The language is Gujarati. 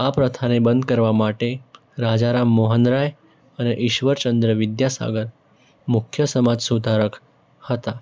આ પ્રથાને બંધ કરવા માટે રાજા રામ મોહન રાય અને ઈશ્વર ચંદ્ર વિદ્યાસાગર મુખ્ય સમાજ સુધારક હતા